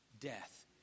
death